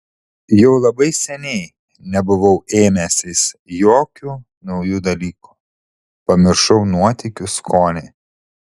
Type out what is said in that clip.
jau labai seniai nebuvau ėmęsis jokių naujų dalykų pamiršau nuotykių skonį